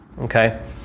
Okay